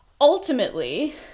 ultimately